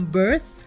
birth